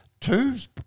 Two's